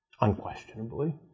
unquestionably